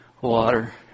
water